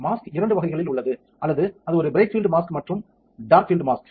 mask இரண்டு வகைகளில் உள்ளது அல்லது அது ஒரு பிரைட் பீல்ட் மாஸ்க் மற்றும் டார்க் பீல்ட் மாஸ்க்